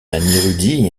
érudit